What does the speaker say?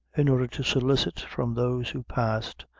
in order to solicit, from those who passed,